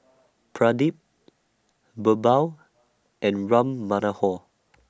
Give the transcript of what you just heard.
Pradip Birbal and Ram Manohar